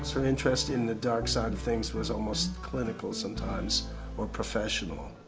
her interest in the dark side of things was almost clinical sometimes or professional.